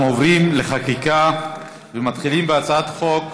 אנחנו עוברים לחקיקה, ומתחילים בהצעת חוק